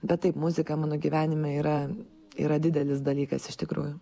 bet taip muzika mano gyvenime yra yra didelis dalykas iš tikrųjų